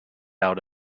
out